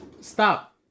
Stop